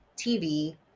TV